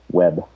web